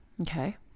Okay